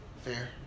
Fair